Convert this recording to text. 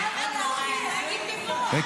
לפני זה --- הייתי פה.